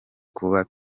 kuba